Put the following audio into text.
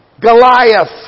Goliath